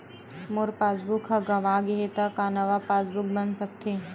मोर passbook ह गंवा गे हे त का नवा पास बुक बन सकथे?